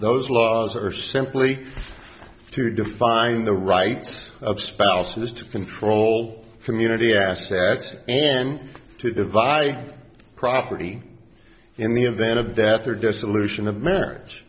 those laws that are simply to define the rights of spouse to those to control community assets and to divide property in the event of death or dissolution of marriage